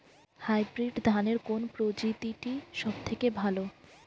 Hybrid ধানের কোন প্রজীতিটি সবথেকে ভালো?